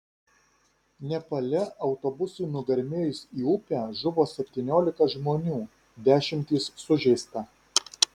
nepale autobusui nugarmėjus į upę žuvo septyniolika žmonių dešimtys sužeista